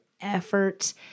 effort